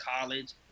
college